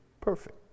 perfect